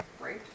Great